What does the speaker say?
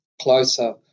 closer